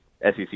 SEC